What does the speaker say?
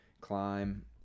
climb